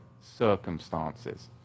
circumstances